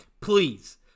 Please